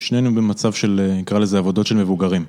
שנינו במצב של... נקרא לזה עבודות של מבוגרים.